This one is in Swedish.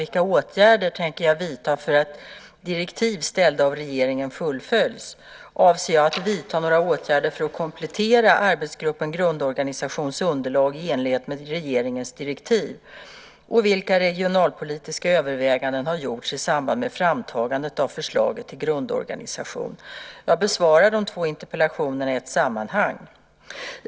Vilka åtgärder tänker jag vidta för att direktiv ställda av regeringen fullföljs? Avser jag att vidta några åtgärder för att komplettera Arbetsgruppen Grundorganisations underlag i enlighet med regeringens direktiv? Vilka regionalpolitiska överväganden har gjorts i samband med framtagandet av förslaget till grundorganisation? Jag besvarar de två interpellationerna i ett sammanhang.